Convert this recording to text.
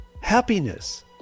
Happiness